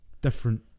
different